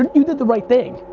and you did the right thing.